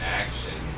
action